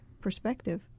perspective